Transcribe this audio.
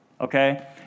Okay